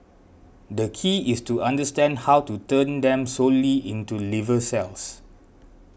the key is to understand how to turn them solely into liver cells